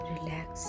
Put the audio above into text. relax